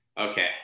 okay